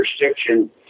jurisdiction